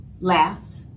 laughed